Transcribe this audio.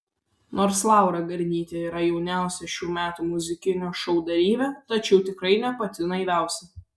nors laura garnytė yra jauniausia šių metų muzikinio šou dalyvė tačiau tikrai ne pati naiviausia